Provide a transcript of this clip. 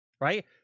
right